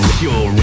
pure